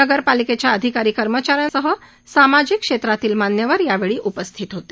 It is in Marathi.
नगरपालिकेच्या अधिकारी कर्मचा यांसह सामाजिक क्षेत्रातल्या मान्यवर यावेळी उपस्थित होते